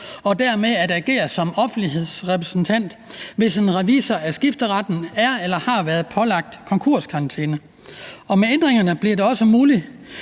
og dermed at agere som offentlighedsrepræsentant, hvis en revisor af skifteretten er eller har været pålagt konkurskarantæne. Med ændringerne bliver det også muligt